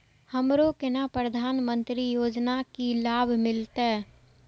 हमरो केना प्रधानमंत्री योजना की लाभ मिलते?